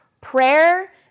prayer